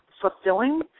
fulfilling